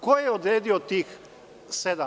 Ko je odredio tih 7%